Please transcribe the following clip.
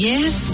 Yes